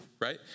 right